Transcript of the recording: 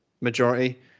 majority